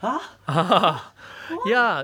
!huh! !huh! what